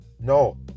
No